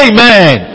Amen